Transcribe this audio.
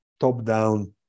top-down